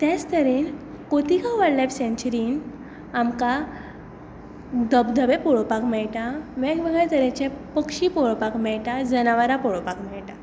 तेंच तरेन Khotigao wildlife सँचुरीन आमकां धबधबे पळोवपाक मेळटा वेग वेगळ्या तरेचे पक्षी पळोवपाक मेळटा जनावरां पळोवपाक मेळटा